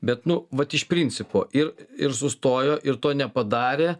bet nu vat iš principo ir ir sustojo ir to nepadarė